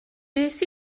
beth